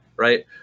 Right